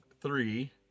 three